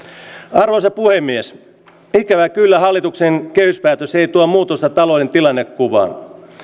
arvoisa puhemies ikävä kyllä hallituksen kehyspäätös ei tuo muutosta talouden tilannekuvaan